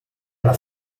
alla